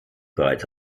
bereits